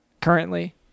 currently